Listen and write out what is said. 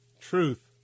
truth